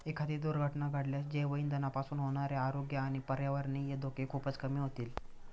एखादी दुर्घटना घडल्यास जैवइंधनापासून होणारे आरोग्य आणि पर्यावरणीय धोके खूपच कमी होतील